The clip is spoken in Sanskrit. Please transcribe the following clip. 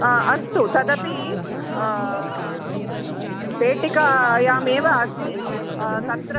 हा अस्तु तदपि पेटिकायाम् एव अस्ति तत्र